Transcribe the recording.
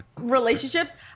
relationships